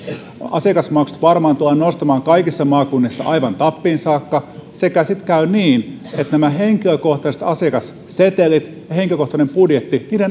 asiakasmaksuja varmaan tullaan nostamaan kaikissa maakunnissa aivan tappiin saakka sekä sitten käy niin että henkilökohtaisten asiakasseteleiden ja henkilökohtaisen budjetin